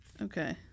Okay